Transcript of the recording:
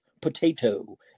potato